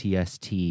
TST